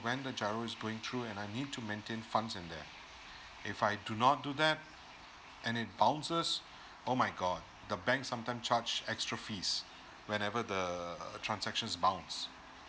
when the giro is going through and I need to maintain funds in there if I do not do that and it bounces oh my god the bank sometime charge extra fees whenever the transactions bounce